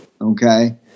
okay